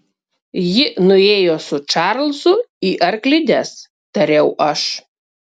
ji nuėjo su čarlzu į arklides tariau aš